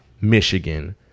Michigan